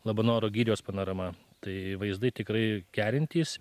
labanoro girios panorama tai vaizdai tikrai kerintys